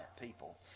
people